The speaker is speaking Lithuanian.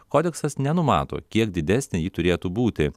kodeksas nenumato kiek didesnė ji turėtų būti